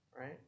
right